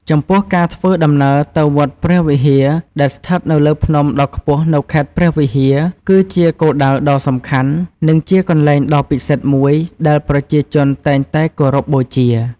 ចំពោះ ការធ្វើដំណើរទៅវត្តព្រះវិហារ ដែលស្ថិតលើភ្នំដ៏ខ្ពស់នៅខេត្តព្រះវិហារ គឺជាគោលដៅដ៏សំខាន់ និងជាកន្លែងដ៏ពិសិដ្ឋមួយដែលប្រជាជនតែងតែគោរពបូជា។